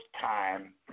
time